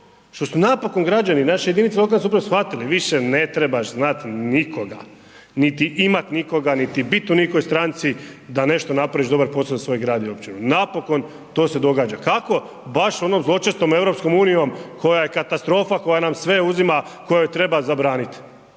što su napokon građani i naše jedinice lokalne samouprave shvatili više ne trebaš znati nikoga, niti imati nikoga niti biti u nikojoj stranci da nešto napraviš dobar posao za svoj grad i općinu. Napokon to se događa. Kako? Baš onom zločestom EU koja je katastrofa, koja nam sve uzima, koju treba zabraniti.